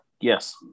Yes